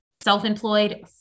self-employed